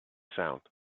sound